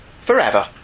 Forever